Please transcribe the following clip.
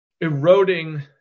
eroding